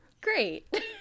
great